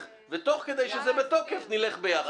כי אנחנו כרגע בסקופ מאוד מצומצם של הצעות החוק,